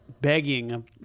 begging